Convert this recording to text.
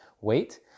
weight